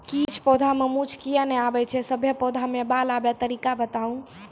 किछ पौधा मे मूँछ किये नै आबै छै, सभे पौधा मे बाल आबे तरीका बताऊ?